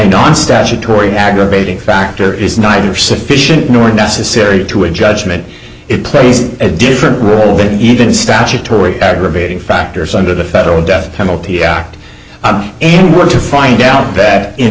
don't statutory aggravating factor is neither sufficient nor necessary to a judgment it plays a different even statutory aggravating factors under the federal death penalty act or to find out that in